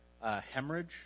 hemorrhage